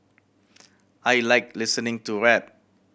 I like listening to rap